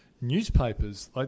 newspapers